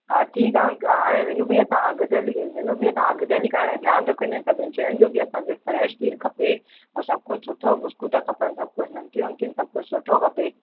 हा ठीकु आहे अंक हा हाणे विनू भैया तव्हां अॻिते हली विनू भैया तव्हां अॻिते हली खां हाणे ध्यानु रखो हिन सभिनी शयुनि जो की असांखे फ्रेश खीर खपे ऐं सभु कुझु सुठो बिस्कुट खपनि सभु कुझु नमकीन वमकीन सभु कुझु सुठो खपे